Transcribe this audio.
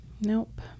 Nope